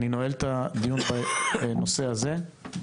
אני נועל את הדיון בנושא הזה.